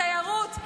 התיירות,